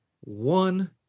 one